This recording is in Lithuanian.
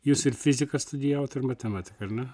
jūs ir fiziką studijavot ir matematiką ar ne